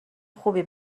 خوبی